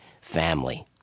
family